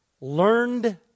learned